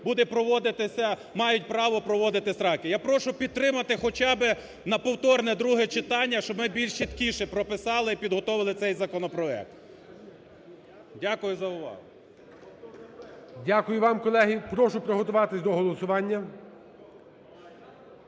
мають право проводити страйк. Я прошу підтримати хоча би на повторне друге читання, щоб ми більш чіткіше прописали і підготовили цей законопроект. Дякую за увагу. ГОЛОВУЮЧИЙ. Дякую вам, колеги. Прошу приготуватися до голосування.